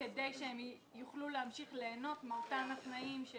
כדי שהם יוכלו להמשיך ליהנות מאותם התנאים של